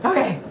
Okay